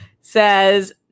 says